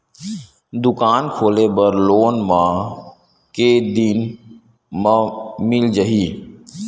दुकान खोले बर लोन मा के दिन मा मिल जाही?